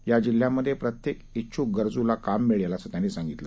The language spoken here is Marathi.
या जिल्ह्यांमधे प्रत्येक िछ्क गरजूला काम मिळेल असं त्यांनी सांगितलं